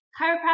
chiropractor